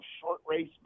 short-race